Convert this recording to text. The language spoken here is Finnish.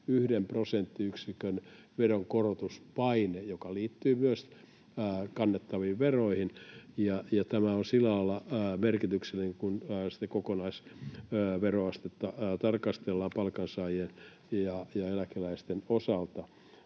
yhden prosenttiyksikön veronkorotuspaine, joka liittyy myös kannettaviin veroihin. Tämä on sillä lailla merkityksellinen, kun sitten kokonaisveroastetta tarkastellaan palkansaajien ja eläkeläisten osalta.